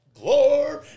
glory